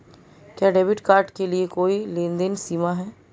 क्या debit card के लिए कोई लेनदेन सीमा है?